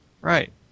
Right